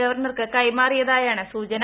ഗവർണർക്ക് കൈമാറിയതായാണ് സൂചന